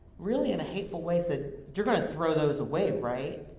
really in a hateful way, said, you're gonna throw those away, right?